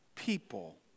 People